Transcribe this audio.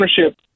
ownership